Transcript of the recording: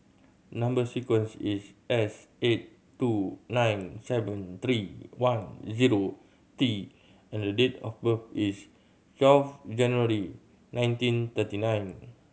number sequence is S eight two nine seven three one zero T and date of birth is twelve January nineteen thirty nine